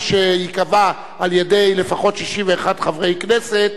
שייקבע על-ידי לפחות 61 חברי כנסת,